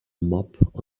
mop